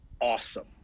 awesome